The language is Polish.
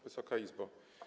Wysoka Izbo!